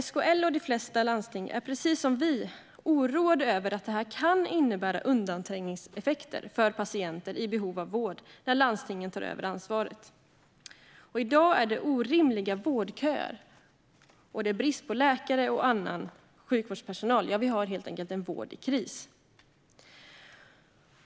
SKL och de flesta landsting är, precis som vi, oroade över att det kan innebära undanträngningseffekter för patienter i behov av vård när landstingen tar över ansvaret. I dag är det orimliga vårdköer, och det är brist på läkare och annan sjukvårdspersonal. Vi har helt enkelt en vård i kris.